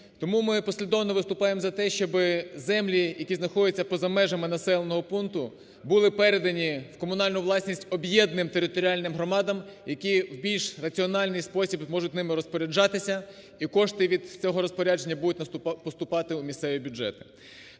тому ми послідовно виступаємо за те, щоб землі, які знаходяться поза межами населеного пункту, були передані в комунальну власність об'єднаним територіальним громадам, які в більш раціональний спосіб можуть ними розпоряджатися і кошти від цього розпорядження будуть поступати у місцеві бюджети.